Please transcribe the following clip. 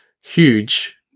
huge